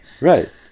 right